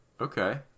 Okay